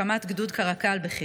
הקמת גדוד קרקל בחי"ר.